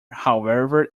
however